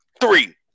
three